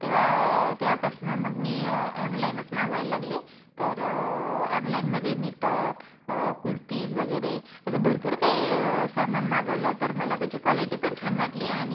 तेव्हा तेव्हापासनं मग मी ऑनलाइनच मागवायला लागले तर ऑनलाइनमध्ये मी टॉप कुर्तीज वगेरे असं भरपूर काही सामान मागवलं तर मला त्याची क्वालिटी पण छान वाटली आणि